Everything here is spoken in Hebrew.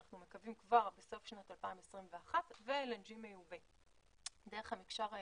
אנחנו מקווים כבר בסוף שנת 2021 ו-LNG מיובא דרך המקשר הימי.